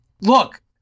look